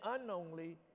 unknowingly